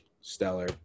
stellar